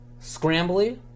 scrambly